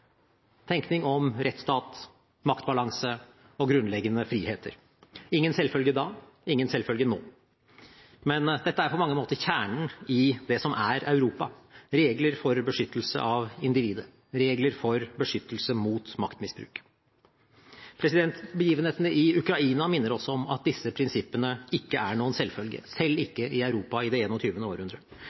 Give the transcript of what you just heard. tenkning, tenkning om rettsstat, maktbalanse og grunnleggende friheter – ingen selvfølge da, ingen selvfølge nå. Men dette er på mange måter kjernen i det som er «Europa»: regler for beskyttelse av individet, regler for beskyttelse mot maktmisbruk. Begivenhetene i Ukraina minner oss om at disse prinsippene ikke er noen selvfølge – selv ikke i Europa i det 21. århundre.